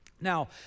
Now